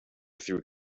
through